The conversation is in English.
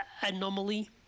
anomaly